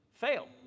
fail